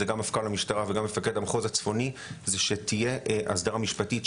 את זה גם מפכ"ל המשטרה וגם מפקד המחוז הצפוני זה שתהיה הסדרה משפטית,